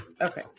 Okay